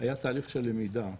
היה תהליך של למידה,